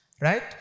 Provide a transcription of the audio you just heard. right